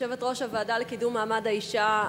כיושבת-ראש הוועדה לקידום מעמד האשה,